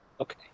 Okay